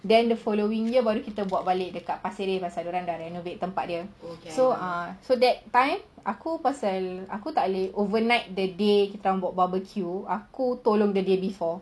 then the following year baru kita buat kat pasir ris pasal dorang dah renovate tempat dia so ah so that time aku pasal aku tak boleh overnight that day kita orang buat barbecue aku tolong the day before